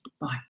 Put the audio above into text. Bye